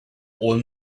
old